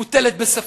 מוטלת בספק.